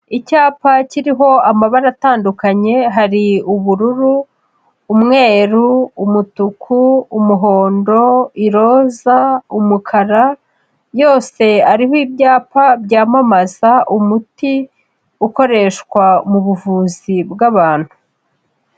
Icyapa kiriho amabara atandukanye hari ubururu, umweru, umutuku, umuhondo, iroza, umukara, yose ariho ibyapa byamamaza umuti ukoreshwa mu buvuzi bw'abantu.